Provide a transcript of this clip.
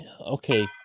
okay